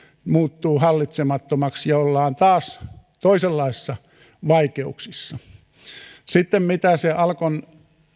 muuttuu hallitsemattomaksi ja ollaan taas toisenlaisissa vaikeuksissa mitä se alkon